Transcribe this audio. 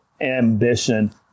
ambition